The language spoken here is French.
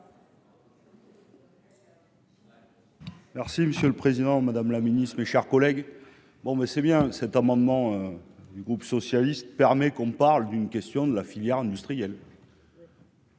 Merci monsieur le Président, Madame la Ministre, mes chers collègues, bon ben c'est bien cet amendement du groupe socialiste permet qu'on parle d'une question de la filière industrielle.